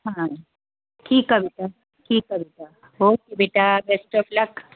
ਹਾਂ ਠੀਕ ਆ ਬੇਟਾ ਠੀਕ ਆ ਬੇਟਾ ਓਕੇ ਬੇਟਾ ਬੈਸਟ ਆਫ ਲੱਕ